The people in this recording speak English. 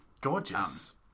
gorgeous